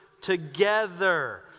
together